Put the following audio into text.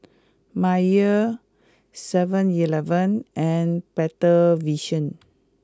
Mayer seven eleven and Better Vision